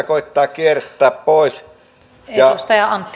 koettavat kiertää ja